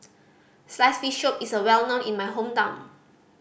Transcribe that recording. sliced fish soup is well known in my hometown